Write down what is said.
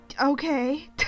okay